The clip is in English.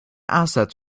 assets